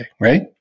right